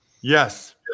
Yes